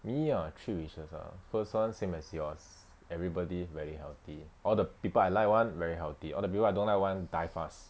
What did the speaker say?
me ah three wishes ah first [one] same as yours everybody very healthy all the people I like [one] very healthy all the people I don't like [one] die fast